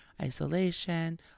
Isolation